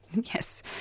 Yes